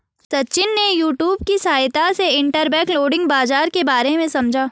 सचिन ने यूट्यूब की सहायता से इंटरबैंक लैंडिंग बाजार के बारे में समझा